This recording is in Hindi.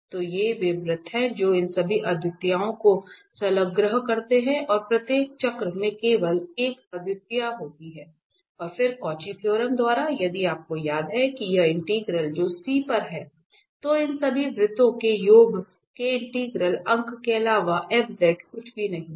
तो ये वे वृत्त हैं जो इन सभी अद्वितीयताओं को संलग्न करते हैं और प्रत्येक चक्र में केवल एक अद्वितीयता होती है और फिर कौची थ्योरम द्वारा यदि आपको याद है कि यह इंटीग्रल जो C पर है तो इन सभी वृत्तों के योग के इंटीग्रल अंग के अलावा f कुछ भी नहीं है